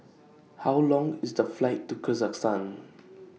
How Long IS The Flight to